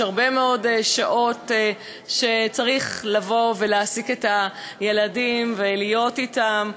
יש הרבה מאוד שעות שצריך לבוא ולהעסיק את הילדים ולהיות אתם.